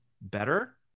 better